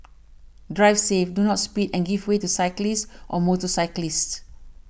drive safe do not speed and give way to cyclists or motorcyclists